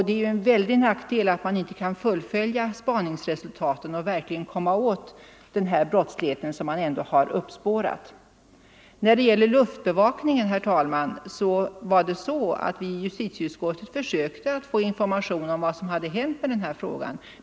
Det är ju en stor nackdel att man inte kan fullfölja spaningsresultaten beträffande brottslighet, som man har uppspårat. I fråga om luftbevakningen, herr talman, var det så att vi i justitieutskottet försökte få informationer om vad som hade hänt med denna fråga.